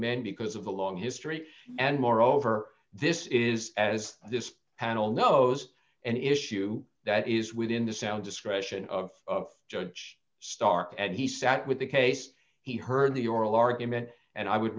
man because of a long history and moreover this is as this panel knows an issue that is within the sound discretion of judge stark and he sat with the case he heard the oral argument and i would